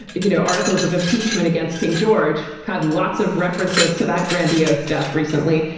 you know, articles of impeachment against king george. had lots of references to that grandiose stuff recently.